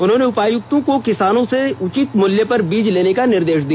उन्होंने उपायुक्तों को किसानों से उचित मूल्य पर बीज लेने का निर्देष दिया